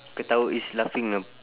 ketawa is laughing